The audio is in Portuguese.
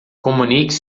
comunique